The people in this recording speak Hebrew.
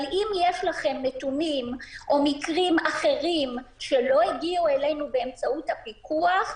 אבל אם יש לכם נתונים או מקרים אחרים שלא הגיעו אלינו באמצעות הפיקוח,